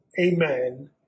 amen